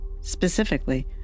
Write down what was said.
specifically